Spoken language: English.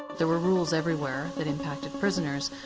there were rules everywhere that impacted prisoners,